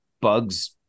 bugs